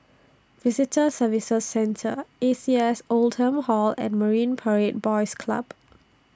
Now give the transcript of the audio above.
Visitor Services Centre A C S Oldham Hall and Marine Parade Boys Club